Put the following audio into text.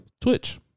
Twitch